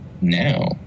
now